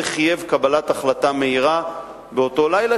זה חייב קבלת החלטה מהירה באותו לילה,